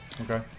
okay